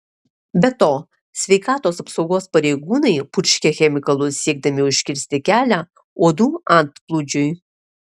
be to sveikatos apsaugos pareigūnai purškia chemikalus siekdami užkirsti kelią uodų antplūdžiui